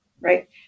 right